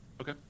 Okay